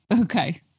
Okay